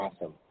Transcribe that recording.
Awesome